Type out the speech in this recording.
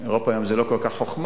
אירופה היום זה לא כל כך חוכמה,